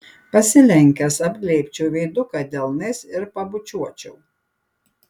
pasilenkęs apglėbčiau veiduką delnais ir pabučiuočiau